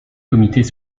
comités